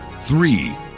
Three